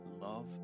Love